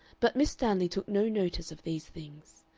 but miss stanley took no notice of these things.